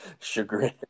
chagrin